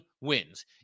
wins